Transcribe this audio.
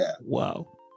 wow